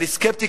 אני סקפטי,